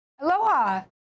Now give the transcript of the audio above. Aloha